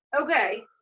Okay